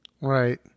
right